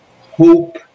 hope